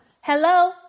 Hello